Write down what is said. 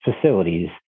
facilities